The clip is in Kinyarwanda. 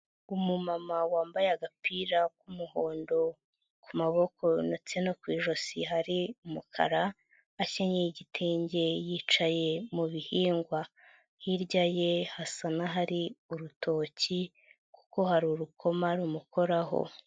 Umumama wambaye agapira k'umuhondo ku maboko ndetse no ku ijosi hari umukara, akenyaye igitenge yicaye mu bihingwa, hirya ye hasa n'ahari urutoki kuko hari urukoma rumukoraho.